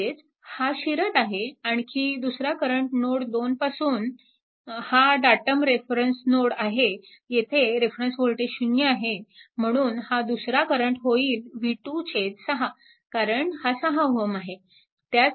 म्हणजेच हा शिरत आहे आणि आणखी दुसरा करंट नोड 2 पासून हा डाटम नोड रेफरन्स नोड आहे येथे रेफरन्स वोल्टेज 0 आहे म्हणून हा दुसरा करंट होईल v26 कारण हा 6 Ω आहे